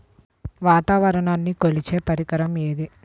వాతావరణాన్ని కొలిచే పరికరం ఏది?